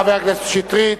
חבר הכנסת שטרית.